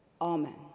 Amen